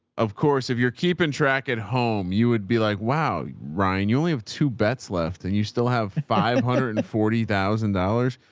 of course, if you're keeping track at home, you would be like, wow, ryan, you only have two bets left and you still have five hundred and forty thousand dollars.